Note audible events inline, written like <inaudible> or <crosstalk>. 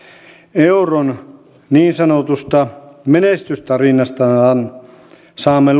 euron niin sanotusta menestystarinastahan saamme <unintelligible>